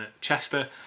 Chester